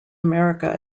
america